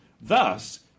Thus